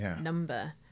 number